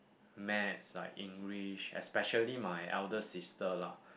maths like English especially my elder sister lah